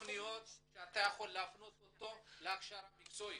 תכניות שאתה יכול להפנות אותו להכשרה מקצועית?